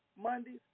Mondays